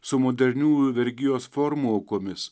su moderniųjų vergijos formų aukomis